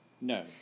No